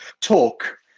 talk